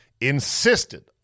insisted